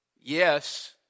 Yes